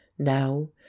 now